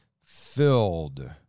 filled